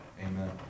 amen